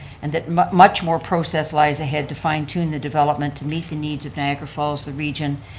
and that much much more process lies ahead to fine-tune the development to meet the needs of niagara falls, the region,